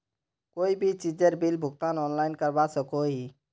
कोई भी चीजेर बिल भुगतान ऑनलाइन करवा सकोहो ही?